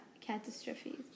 catastrophes